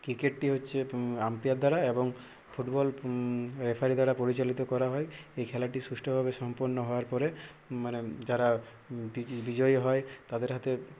ক্রিকেটটি হচ্ছে আম্পায়ার দ্বারা এবং ফুটবল রেফারি দ্বারা পরিচালিত করা হয় এই খেলাটি সুষ্ঠভাবে সম্পন্ন হওয়ার পরে মানে যারা বিজয়ী হয় তাদের হাতে